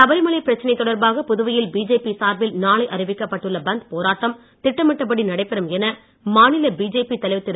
சபரிமலை பிரச்சனை தொடர்பாக புதுவையில் பிஜேபி சார்பில் நாளை அறிவிக்கப்பட்டுள்ள பந்த் போராட்டம் திட்டமிட்டபடி நடைபெறும் என மாநில பிஜேபி தலைவர் திரு